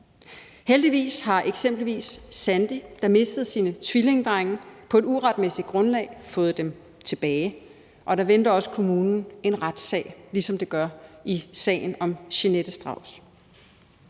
Heldigvis har eksempelvis Sandy, der mistede sine tvillingedrenge på et uretmæssigt grundlag, fået dem tilbage, og der venter også kommunen en retssag, ligesom der gør i sagen om Jeanette Strauss.